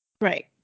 Right